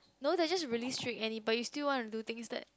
no they just really strict any but you still want to do things that